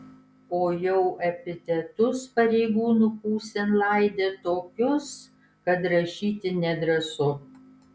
o jau epitetus pareigūnų pusėn laidė tokius kad rašyti nedrąsu